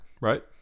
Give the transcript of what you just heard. Right